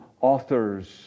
authors